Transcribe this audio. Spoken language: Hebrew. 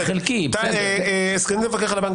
סגנית המפקח על הבנקים,